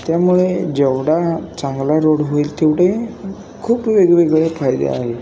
त्यामुळे जेवढा चांगला रोड होईल तेवढे खूप वेगवेगळे फायदे आहेत